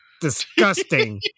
disgusting